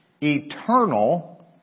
eternal